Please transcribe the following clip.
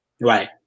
Right